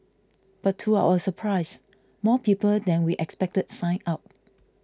but to our surprise more people than we expected signed up